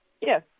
Yes